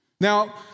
Now